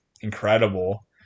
incredible